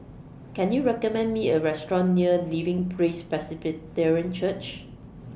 Can YOU recommend Me A Restaurant near Living Praise Presbyterian Church